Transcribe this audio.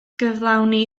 gyflawni